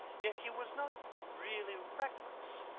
yet he was not really reckless,